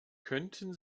könnten